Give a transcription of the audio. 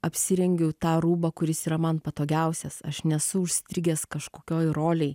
apsirengiau tą rūbą kuris yra man patogiausias aš nesu užstrigęs kažkokioj rolėj